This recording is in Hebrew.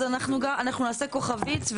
אז אנחנו נעשה כוכבית,